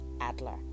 Adler